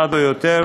אחד או יותר,